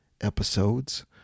episodes